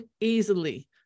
easily